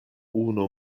unu